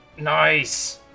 Nice